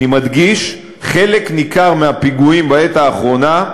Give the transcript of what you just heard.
אני מדגיש: חלק ניכר מהפיגועים בעת האחרונה,